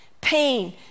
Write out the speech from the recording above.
Pain